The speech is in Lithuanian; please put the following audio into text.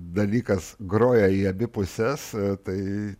dalykas groja į abi puses tai